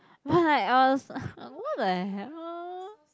but like I was what the hell